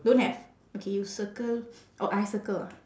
don't have okay you circle or I circle ah